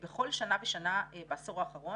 בכל שנה ושנה בעשור האחרון.